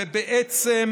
בעצם